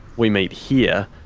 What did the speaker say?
we meet here,